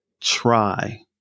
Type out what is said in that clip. try